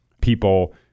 people